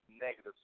negative